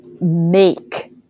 make